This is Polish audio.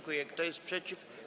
Kto jest przeciw?